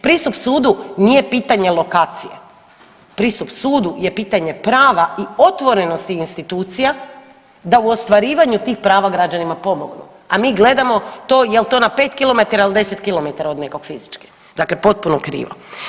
Pristup sudu nije pitanje lokacije, pristup sudu je pitanje prava i otvorenosti institucija da u ostvarivanju tih prava građanima pomognu, a mi gledamo to jel to na 5 kilometara ili 10 kilometara od nekog fizički, dakle potpuno krivo.